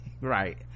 right